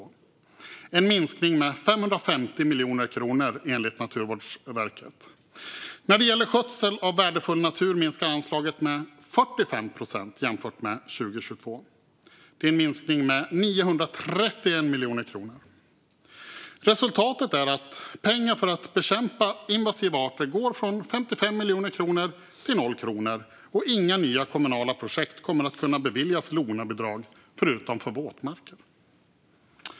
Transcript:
Det är en minskning med 550 miljoner kronor, enligt Naturvårdsverket. När det gäller skötseln av värdefull natur minskar anslaget med 45 procent jämfört med 2022. Det är en minskning med 931 miljoner kronor. Resultatet är att pengarna för att bekämpa invasiva arter går från 55 miljoner kronor till 0 kronor och att inga nya kommunala projekt kommer att kunna beviljas LONA-bidrag förutom för våtmarker. Fru talman!